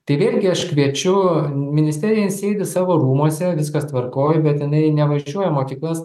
tai vėlgi aš kviečiu ministerija sėdi savo rūmuose viskas tvarkoj bet jinai nevažiuoja į mokyklas